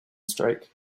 strike